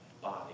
body